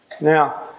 Now